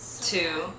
Two